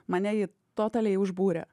mane ji totaliai užbūrė